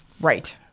Right